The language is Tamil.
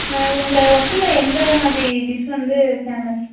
உங்கள் ஹோட்டலில் எந்த மாதிரி டிஷ் வந்து ஃபேமஸ்